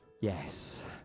yes